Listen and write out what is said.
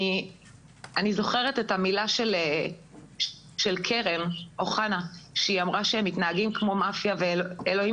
אני זוכרת את המילה של קרן אוחנה שאמרה שהם מתנהגים כמו מאפיה ואלוהים